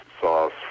sauce